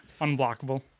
unblockable